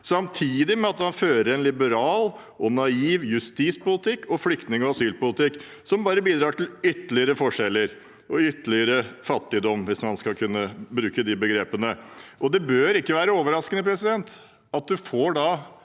samtidig som man fører en liberal og naiv justispolitikk og flyktning- og asylpolitikk, som bare bidrar til ytterligere forskjeller og ytterligere fattigdom, hvis man kan bruke de begrepene. Det bør ikke være overraskende at man da får en